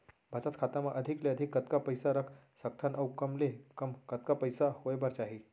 बचत खाता मा अधिक ले अधिक कतका पइसा रख सकथन अऊ कम ले कम कतका पइसा होय बर चाही?